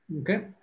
okay